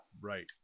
Right